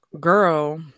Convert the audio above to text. Girl